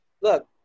look